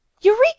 Eureka